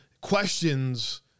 questions